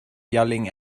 yelling